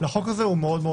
שחוק הבחירות (דרכי תעמולה)